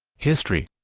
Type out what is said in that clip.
history